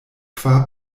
kvar